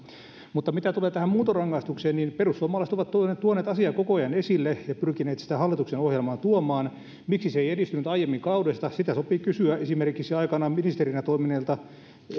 mutta mitä tulee tähän muuntorangaistukseen niin perussuomalaiset ovat tuoneet tuoneet asiaa koko ajan esille ja pyrkineet sitä hallituksen ohjelmaan tuomaan miksi se ei edistynyt aiemmin tällä kaudella sitä sopii kysyä esimerkiksi aikanaan oikeusministerinä toimineelta